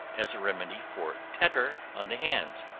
as a remedy for tetter on the hands,